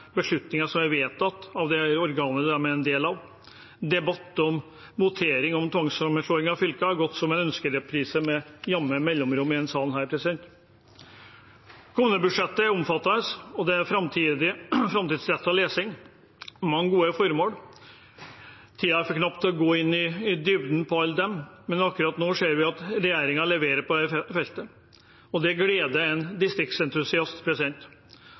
beslutninger som er vedtatt av det organet de er en del av. Debatter om votering om tvangssammenslåing av fylker har gått som ønskereprise med jevne mellomrom i denne salen. Kommunebudsjettet er omfattende, og det er framtidsrettet lesning med mange gode formål. Tiden er for knapp til å gå i dybden på dem alle, men akkurat nå ser vi at regjeringen leverer på dette feltet. Det gleder en distriktsentusiast.